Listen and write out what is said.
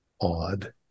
odd